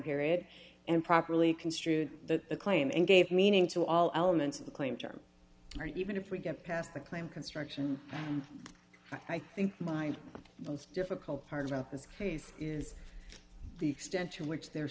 period and properly construed the claim and gave meaning to all elements of the claim term or even if we get past the claim construction i think my most difficult part about this case is the extent to which there